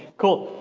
cool,